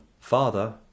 Father